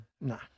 no